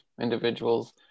individuals